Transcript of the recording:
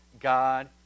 God